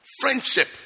friendship